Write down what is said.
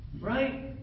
Right